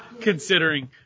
Considering